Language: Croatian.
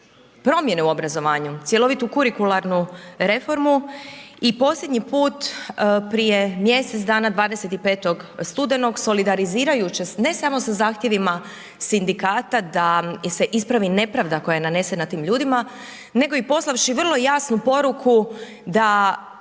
promjene u obrazovanju, cjelovitu kurikularnu reformu i posljednji put prije mjesec dana, 25. studenog solidarizirajući se ne samo sa zahtjevima sindikata da se ispravi nepravda koja je nanesena tim ljudima, nego i poslavši vrlo jasnu poruku da